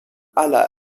aller